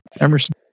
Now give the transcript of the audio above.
Emerson